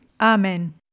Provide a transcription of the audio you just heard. Amen